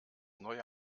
neue